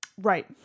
right